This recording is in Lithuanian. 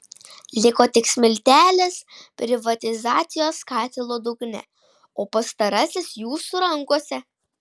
liko tik smiltelės privatizacijos katilo dugne o pastarasis jūsų rankose